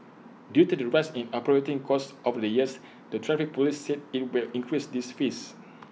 due to the rise in operating costs over the years the traffic Police said IT will increase these fees